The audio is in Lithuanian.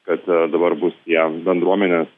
kad dabar bus tie bendruomenės